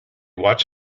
watch